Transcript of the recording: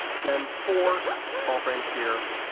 again, for call frames here.